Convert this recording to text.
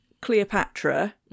Cleopatra